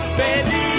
baby